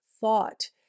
thought